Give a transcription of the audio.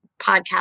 podcast